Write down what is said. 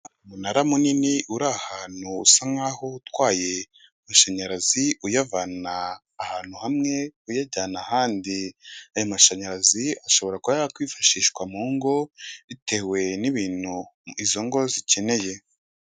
Umunara munini uri ahantu usa nk'aho utwaye amashanyarazi uyavana ahantu hamwe uyajyana ahandi, ayo mashanyarazi ashobora kuba yakwifashishwa mu ngo, bitewe n'ibintu izo ngo zikeneye.